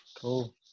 Cool